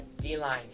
D-line